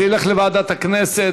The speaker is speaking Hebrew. זה ילך לוועדת הכנסת.